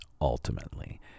ultimately